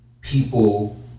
people